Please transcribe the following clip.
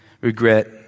regret